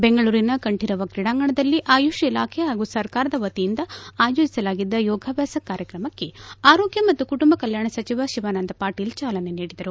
ಬೆಂಗಳೂರಿನ ಕಂಠೀರವ ಕ್ರೀಡಾಂಗಣದಲ್ಲಿ ಆಯುಷ್ ಇಲಾಖೆ ಹಾಗೂ ಸರ್ಕಾರದ ವತಿಯಿಂದ ಆಯೋಜಿಸಲಾಗಿದ್ದ ಯೋಗಾಭ್ಯಾಸ ಕಾರ್ಯಕ್ರಮಕ್ಕೆ ಆರೋಗ್ಯ ಮತ್ತು ಕುಟುಂಬ ಕಲ್ನಾಣ ಸಚಿವ ಶಿವಾನಂದ ಪಾಟೀಲ್ ಚಾಲನೆ ನೀಡಿದರು